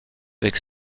avec